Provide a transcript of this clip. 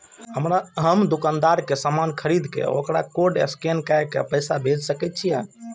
हम दुकानदार के समान खरीद के वकरा कोड स्कैन काय के पैसा भेज सके छिए?